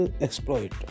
exploit